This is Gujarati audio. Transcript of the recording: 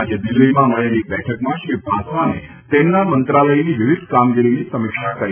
આજે દિલ્હીમાં મળેલી બેઠકમાં શ્રી પાસવાને તેમના મંત્રાલયની વિવિધ કામગીરીની સમીક્ષા કરી હતી